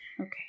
okay